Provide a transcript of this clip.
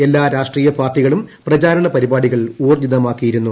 എല്ലാ രാഷ്ട്രീയ പാർട്ടികളും പ്രചാരണ പരിപാടികൾ ഊർജ്ജിതമാക്കിയിരുന്നു